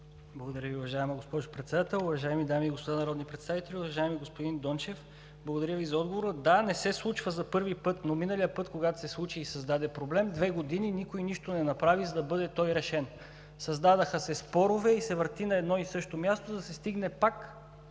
Благодаря Ви, уважаема госпожо Председател. Уважаеми дами и господа народни представители! Уважаеми господин Дончев, благодаря Ви за отговора. Да, не се случва за първи път, но миналия път, когато се случи и създаде проблем, две години никой нищо не направи, за да бъде решен. Създадоха се спорове и се върти на едно и също място, за да се стигне пак